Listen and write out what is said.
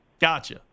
Gotcha